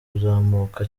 kuzamuka